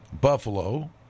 Buffalo